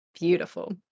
Beautiful